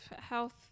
health